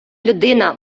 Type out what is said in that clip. людина